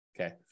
Okay